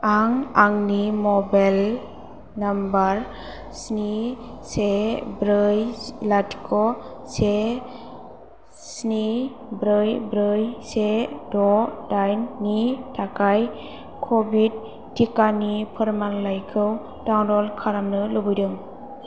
आं आंनि mobile number स्नि से ब्रै लाथिख' से स्नि ब्रै ब्रै से द' दाइन नि थाखाय क'विड टिकानि फोरमानलाइखौ डाउनल'ड खालामनो लुबैदों